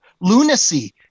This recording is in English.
lunacy